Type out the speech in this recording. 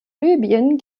libyen